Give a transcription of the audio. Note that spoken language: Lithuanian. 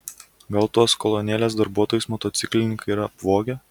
gal tuos kolonėlės darbuotojus motociklininkai yra apvogę